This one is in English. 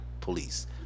police